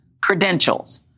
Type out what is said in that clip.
credentials